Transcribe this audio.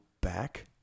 back